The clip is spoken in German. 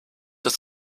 ist